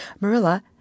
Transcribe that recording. Marilla